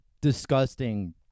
disgusting